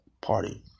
Party